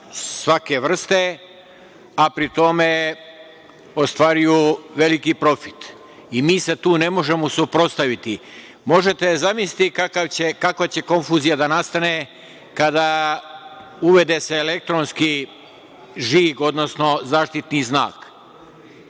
svake vrste, a pri tome ostvaruju veliki profit i mi se tu ne možemo suprotstaviti. Možete zamisliti kakva će konfuzija da nastane kada uvede se elektronski žig, odnosno zaštitni znak,